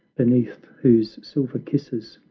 beneath whose silver kisses,